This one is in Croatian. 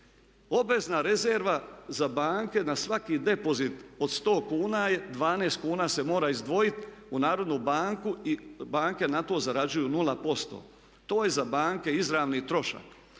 Obvezna rezerva za banke na svaki depozit od 100 kuna 12 kuna se mora izdvojiti u Narodnu banku i banke na to zarađuju 0%. To je za banke izravni trošak.